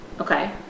Okay